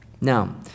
Now